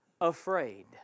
afraid